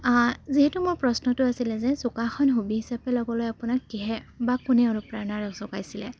যিহেতু মোৰ প্ৰশ্নটো আছিলে যে যোগাসন হবি হিচাপে ল'বলৈ আপোনাক কিহে বা কোনে অনুপ্ৰেৰণা জগাইছিলে